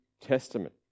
Testament